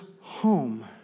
home